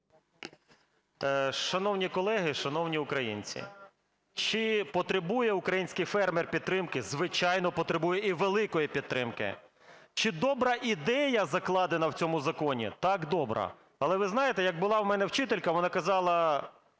Шановні колеги, шановні українці, чи потребує український фермер підтримки? Звичайно, потребує, і великої підтримки. Чи добра ідея закладена в цьому законі? Так, добра. Але, ви знаєте, як була в мене вчителька, вона казала: